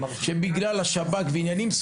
שבגלל שב״כ וכל מיני עניינים,